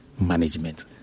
management